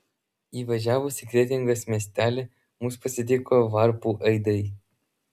įvažiavus į kretingos miestelį mus pasitiko varpų aidai